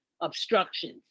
obstructions